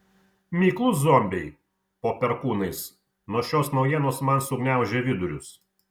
miklūs zombiai po perkūnais nuo šios naujienos man sugniaužė vidurius